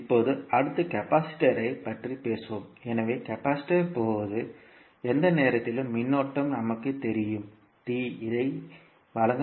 இப்போது அடுத்து கெபாசிட்டர் யைப் பற்றி பேசுவோம் எனவே கெபாசிட்டர் போது எந்த நேரத்திலும் மின்னோட்டம் நமக்குத் தெரியும் t இதை வழங்க முடியும்